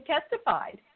testified